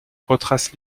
retrace